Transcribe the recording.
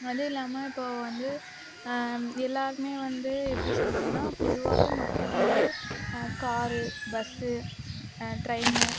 அதுவும் இல்லாமல் இப்போ வந்து எல்லாருமே வந்து எப்படி சொல்கிறதுன்னா பொதுவாகவே மக்கள் வந்து காரு பஸ்ஸு ட்ரைன்னு